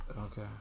Okay